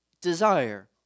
desire